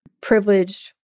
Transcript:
privileged